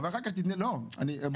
אני בא